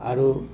ଆରୁ